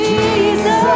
Jesus